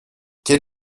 quel